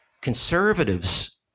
conservatives